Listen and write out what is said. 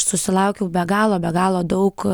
susilaukiau be galo be galo daug